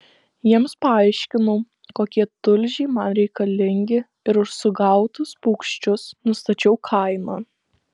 jiems paaiškinau kokie tulžiai man reikalingi ir už sugautus paukščius nustačiau kainą